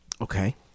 Okay